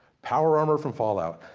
power armor from fallout.